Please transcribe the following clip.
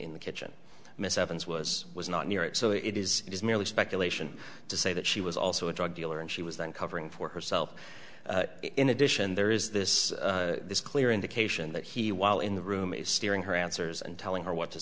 in the kitchen miss evans was was not near it so it is merely speculation to say that she was also a drug dealer and she was then covering for herself in addition there is this clear indication that he while in the room is steering her answers and telling her what to